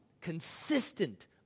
consistent